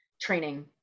training